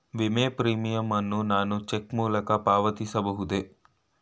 ವಿಮೆ ಪ್ರೀಮಿಯಂ ಅನ್ನು ನಾನು ಚೆಕ್ ಮೂಲಕ ಪಾವತಿಸಬಹುದೇ?